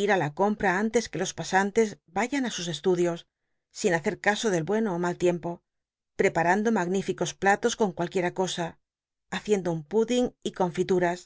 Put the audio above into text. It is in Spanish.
ir t la com pra antes que los pasantes ayan ü sus estudios sin hacer caso del bueno ó mal tiempo prcpatando ma gnífi cos platos con cualquiera cosa haciendo mddings y conlilmas